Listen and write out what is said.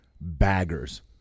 baggers